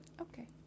okay